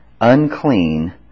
Unclean